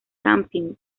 camping